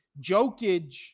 Jokic